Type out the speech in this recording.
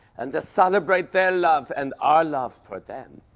and to celebrate their love and our love for them.